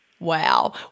Wow